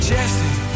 Jesse